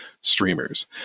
streamers